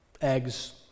eggs